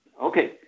Okay